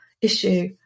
issue